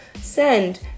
send